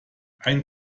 ein